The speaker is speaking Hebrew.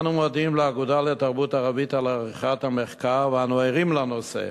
אנו מודים לאגודה לתרבות ערבית על עריכת המחקר ואנו ערים לנושא.